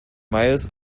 miles